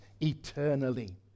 eternally